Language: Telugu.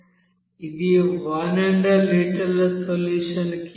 ఇది 100 లీటర్ సొల్యూషన్ కి 1